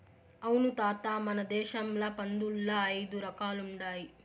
అవును తాత మన దేశంల పందుల్ల ఐదు రకాలుండాయి